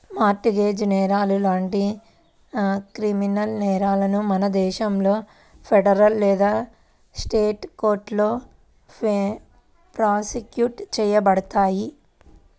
mart gauge నేరాలు లాంటి criminal నేరాలను మన దేశంలో ఫెడరల్ లేదా స్టేట్ కోర్టులో ప్రాసిక్యూట్ చేయబడతాయి